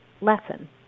lesson